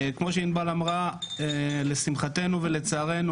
כמו שעינבל אמרה, לשמחתנו ולצערנו